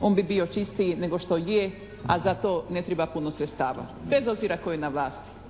on bi bio čistiji nego što je, a za to ne treba puno sredstava, bez obzira tko je na vlasti.